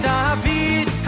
David